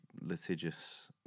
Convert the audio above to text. litigious